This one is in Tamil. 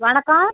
வணக்கம்